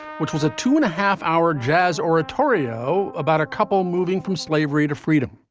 which was a two and a half hour jazz oratorio, about a couple moving from slavery to freedom.